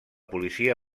policia